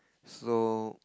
so